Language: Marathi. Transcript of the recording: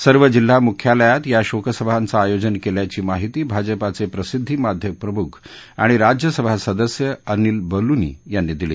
सर्व जिल्हा मुख्यालयात या शोकसभांचं आयोजन केल्याची माहिती भाजपाचे प्रसिद्दी माध्यम प्रमुख आणि राज्य सभा सदस्य अनिल बलुनी यांनी दिली